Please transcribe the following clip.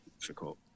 difficult